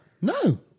no